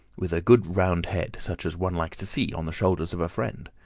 with a good round head, such as one likes to see on the shoulders of a friend.